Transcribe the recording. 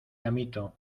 amito